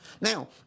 now